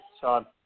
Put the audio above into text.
Sean